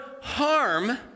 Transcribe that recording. harm